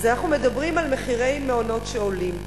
אז אנחנו מדברים על מחירי מעונות שעולים.